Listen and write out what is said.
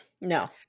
no